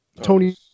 Tony